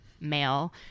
male